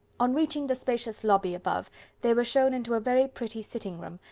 on reaching the spacious lobby above they were shown into a very pretty sitting-room,